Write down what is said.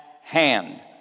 hand